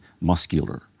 muscular